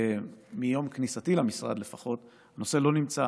מיום כניסתי למשרד, לפחות, הנושא לא נמצא